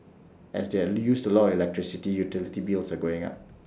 as they use A lot electricity utility bills are going up